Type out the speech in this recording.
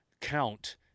count